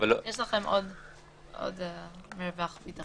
יש לכם עוד מרווח ביטחון.